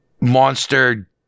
monster